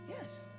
Yes